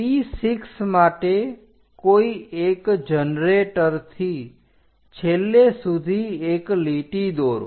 P6 માટે કોઈ એક જનરેટરથી છેલ્લે સુધી એક લીટી દોરો